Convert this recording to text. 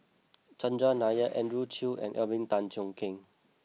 Chandran Nair Andrew Chew and Alvin Tan Cheong Kheng